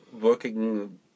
working